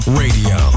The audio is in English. radio